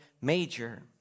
major